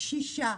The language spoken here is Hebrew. קשישה,